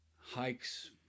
hikes